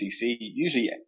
usually